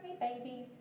baby